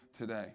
today